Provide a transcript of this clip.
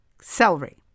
Celery